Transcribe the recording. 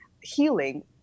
healing